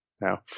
now